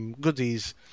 goodies